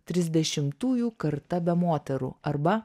trisdešimtųjų karta be moterų arba